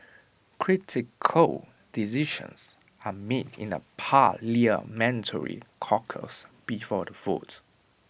critical decisions are made in A parliamentary caucus before the vote